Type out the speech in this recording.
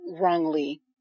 wrongly